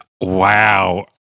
wow